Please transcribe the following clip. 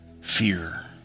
fear